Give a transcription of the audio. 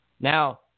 Now